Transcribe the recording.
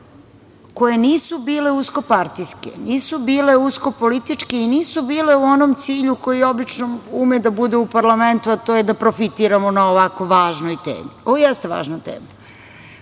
koje nisu bile uskopartijske, nisu bile uskopolitičke i nisu bile u onom cilju koji obično ume da bude u parlamentu, a to je da profitiramo na ovako važnoj temi. Ovo jeste važna tema.